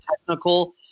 technical